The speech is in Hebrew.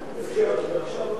נתקבלו.